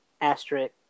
asterisk